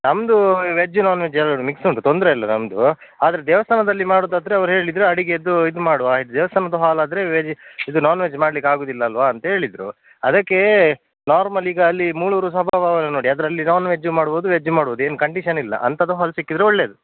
ನಮ್ದು veg non veg ಎರಡು mix ಉಂಟು ತೊಂದರೆಯಿಲ್ಲ ನಮ್ದು ಆದರೆ ದೇವಸ್ಥಾನದಲ್ಲಿ ಮಾಡೋದಾದ್ರೆ ಅವರು ಹೇಳಿದ್ರು ಅಡುಗೆದ್ದು ಇದು ಮಾಡುವ ದೇವಸ್ಥಾನದ ಹಾಲ್ ಆದರೆ ವೆಜ್ ಇದು ಇದು ನೋನ್ ವೆಜ್ ಮಾಡ್ಲಿಕೆ ಆಗೋದಿಲ್ಲ ಅಲ್ವ ಅಂತ ಹೇಳಿದ್ರು ಅದಕ್ಕೇ ನಾರ್ಮಲಿ ಈಗ ಅಲ್ಲಿ ಮುಳೂರು ಸಭಾಭವನ ನೋಡಿ ಅದರಲ್ಲಿ ನೋನ್ ವೆಜ್ ಮಾಡಬೋದು ವೆಜ್ ಮಾಡ್ಬೋದು ಏನು ಕಂಡಿಷನ್ ಇಲ್ಲ ಅಂಥದ್ದು ಹಾಲ್ ಸಿಕ್ಕಿದ್ರೆ ಒಳ್ಳೇದು